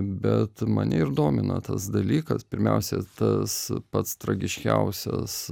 bet mane ir domina tas dalykas pirmiausia tas pats tragiškiausias